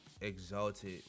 exalted